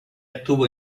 estuvo